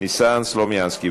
ניסן סלומינסקי.